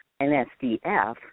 NSDF